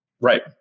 Right